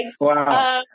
Wow